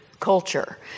culture